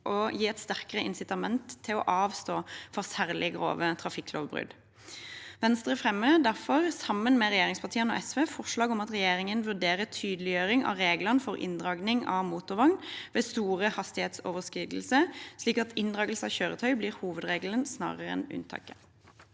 og gi et sterkere insitament til å avstå fra særlig grove trafikklovbrudd. Venstre står derfor, sammen med regjeringspartiene og SV, bak komiteens tilråding om å be «regjeringen vurdere tydeliggjøring av reglene for inndragning av motorvogn ved store hastighetsoverskridelser, slik at inndragelse av kjøretøy er hovedregel snarere enn unntaket».